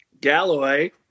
Galloway